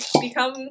become